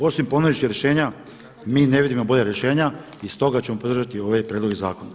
Osim ponuđenih rješenja mi ne vidimo bolja rješenja i stoga ćemo podržati ovaj prijedlog zakona.